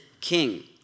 king